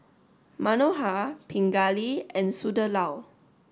Manohar Pingali and Sunderlal